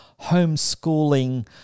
homeschooling